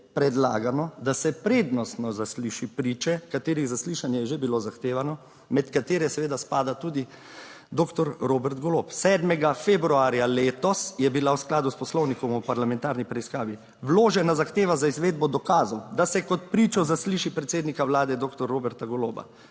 predlagano, da se prednostno zasliši priče, katerih zaslišanje je že bilo zahtevano, med katere seveda spada tudi doktor Robert Golob, 7. februarja letos je bila v skladu s Poslovnikom o parlamentarni preiskavi vložena zahteva za izvedbo dokazov, da se kot pričo zasliši predsednika Vlade doktor Roberta Goloba.